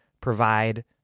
provide